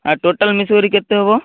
ଆ total ମିଶିକରି କେତେ ହେବ